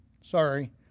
Sorry